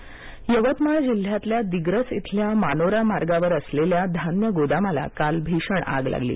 गोदाम आग यवतमाळ यवतमाळ जिल्ह्यातल्या दिग्रस इथल्या मानोरा मार्गावर असलेल्या धान्य गोदामाला काल भीषण आग लागली